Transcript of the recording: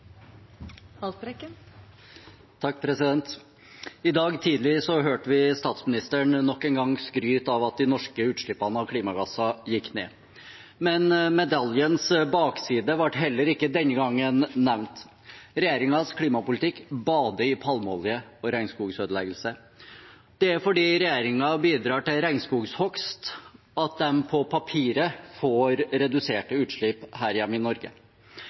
I dag tidlig hørte vi statsministeren nok en gang skryte av at de norske utslippene av klimagasser går ned. Men medaljens bakside ble heller ikke denne gangen nevnt. Regjeringens klimapolitikk bader i palmeolje og regnskogsødeleggelse. Det er fordi regjeringen bidrar til regnskogshogst at de på papiret får reduserte utslipp her hjemme i Norge.